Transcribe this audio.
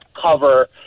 cover